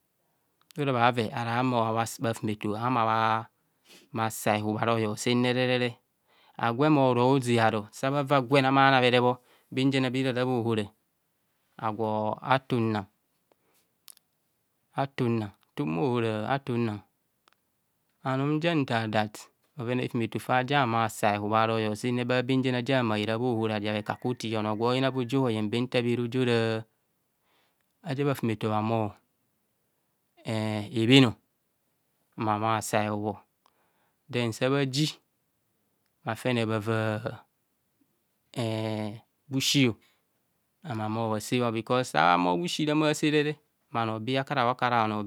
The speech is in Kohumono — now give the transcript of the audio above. Ora bhave ara bhafumeto mmabha mmabha sa ehub a royor senere agwe moro ze aru sa bhava gwen mmabha nabhere bho benjene be ara bharara bhahora agwo atunna, atunna, tunmaohora atuna anum nja nta dat bhoven aifumeto fa jabhahumo bhasa ehubha royor senere ba benjene aja bhahumo bhera bhaohora aja bheka ku ti ono gwo yina be ojia oyen be nta bhera ojora aja bha fumeto bha humo ee ebhen mmabhasa he hubho den sabhaji bhafene bhava ee bhusi ama bhahumo bhasebho bkos sa bha humo bhusi mmabha sebhora bhanobe akara bhakara